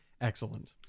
Excellent